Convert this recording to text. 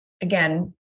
again